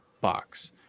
box